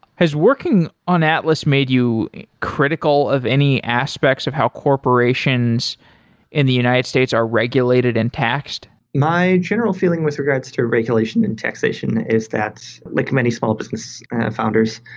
has working on atlas made you critical of any aspects of how corporations in the united states are regulated and patched? my general feeling with regards to regulation in taxation is that like many small business founders,